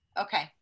Okay